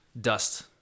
dust